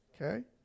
Okay